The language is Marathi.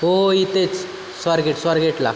हो इथेच स्वारगेट स्वारगेटला